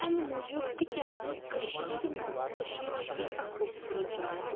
اَمہِ موٗجوٗب تِکیٛازِ کٔشیٖرِ منٛز کٔشیٖر چھِ ییٖژاہ خوٗبصوٗرت جاے